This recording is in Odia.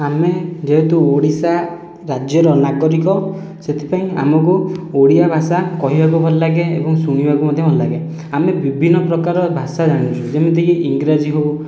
ଆମେ ଯେହେତୁ ଓଡ଼ିଶା ରାଜ୍ୟର ନାଗରିକ ସେଥିପାଇଁ ଆମକୁ ଓଡ଼ିଆ ଭାଷା କହିବାକୁ ଭଲ ଲାଗେ ଏବଂ ଶୁଣିବାକୁ ମଧ୍ୟ ଭଲ ଲାଗେ ଆମେ ବିଭିନ୍ନ ପ୍ରକାରର ଭାଷା ଜାଣିଛୁ ଯେମିତିକି ଇଂରାଜୀ ହେଉ